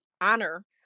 honor